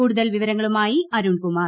കൂടുതൽ വിവരങ്ങളുമായി അരുൺകുമാർ